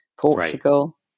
Portugal